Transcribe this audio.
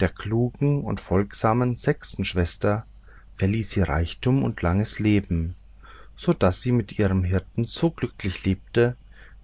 der klugen und folgsamen sechsten schwester verlieh sie reichtum und langes leben so daß sie mit ihrem hirten so glücklich lebte